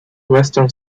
western